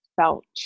Felt